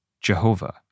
Jehovah